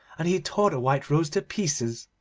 and he tore the white rose to pieces.